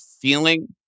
feeling